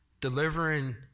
Delivering